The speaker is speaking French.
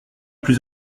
plus